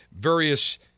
various